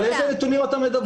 על איזה נתונים אתה מדברים?